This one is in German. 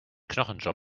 knochenjob